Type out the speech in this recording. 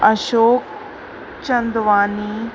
Ashok Chandwani